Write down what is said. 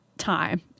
Time